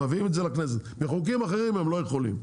מביאים את זה לכנסת, בחוקים אחרים הם לא יכולים.